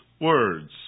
words